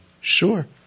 Sure